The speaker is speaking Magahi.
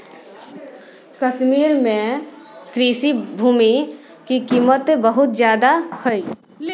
कश्मीर में कृषि भूमि के कीमत बहुत ज्यादा हइ